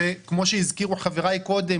שכמו שהזכירו חבריי מקודם,